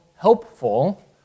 helpful